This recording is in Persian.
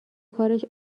کارش